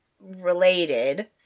related